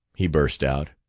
he burst out.